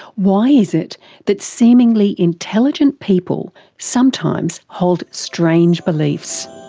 why is it that seemingly intelligent people sometimes hold strange beliefs?